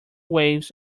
waves